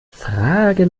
frage